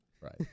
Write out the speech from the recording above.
Right